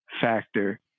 factor